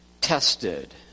tested